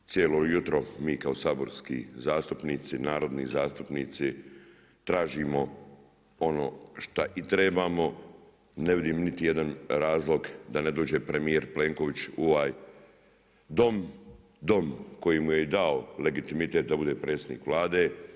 Cijelo jutro mi kao saborski zastupnici, narodni zastupnici tražimo ono šta i trebamo, ne vidim niti jedan razlog da ne dođe premijer Plenković u ovaj Dom, Dom koji mu je i dao legitimitet da bude predsjednik vlade.